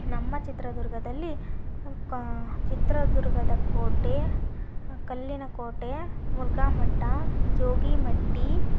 ನಮ್ಮ ಚಿತ್ರದುರ್ಗದಲ್ಲಿ ಚಿತ್ರದುರ್ಗದ ಕೋಟೆ ಕಲ್ಲಿನ ಕೋಟೆ ಮುರುಘಾ ಮಠ ಜೋಗಿ ಮಟ್ಟಿ